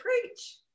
preach